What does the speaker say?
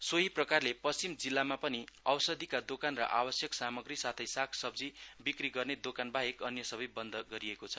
सोही प्रकारले पश्चिम जिल्लामा पनि औषधिका दोकान र आवश्यक सामग्री साथै साग सब्जी बिक्री गर्ने दोकान बाहेक अन्य सबै बन्द गरिएको छ